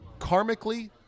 Karmically